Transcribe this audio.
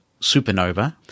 Supernova